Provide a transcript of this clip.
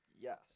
Yes